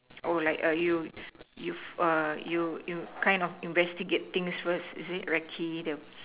or like err you err you you kind of investigate things first is it recce the